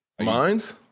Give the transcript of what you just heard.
Mines